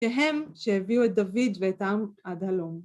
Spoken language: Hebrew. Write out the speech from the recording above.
כהם שהביאו את דוד ואת העם עד הלום.